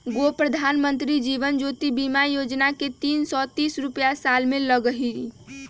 गो प्रधानमंत्री जीवन ज्योति बीमा योजना है तीन सौ तीस रुपए साल में लगहई?